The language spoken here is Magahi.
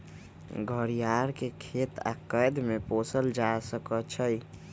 घरियार के खेत आऽ कैद में पोसल जा सकइ छइ